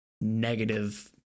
negative